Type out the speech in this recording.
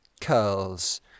curls